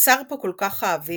"קצר פה כל כך האביב",